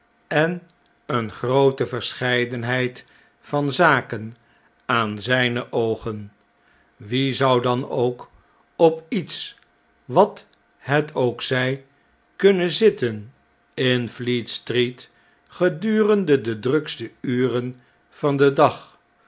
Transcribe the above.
en een groote verscheidenheid van zaken aan zgne oogen wie zou dan ook op iets wat het ook zjj kunnen zitten in fleetstreet gedurende de drukste uren van den dag